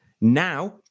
Now